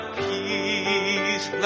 peace